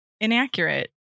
inaccurate